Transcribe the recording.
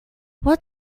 what